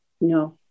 No